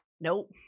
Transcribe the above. nope